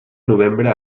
novembre